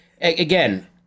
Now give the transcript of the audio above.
again